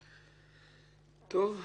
טוב.